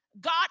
God